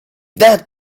that